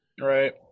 Right